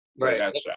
right